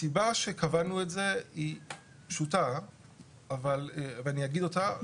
הסיבה שקבענו את זה היא פשוטה ואני אגיד אותה.